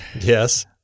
yes